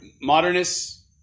modernists